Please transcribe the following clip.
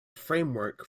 framework